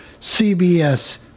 CBS